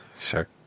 sure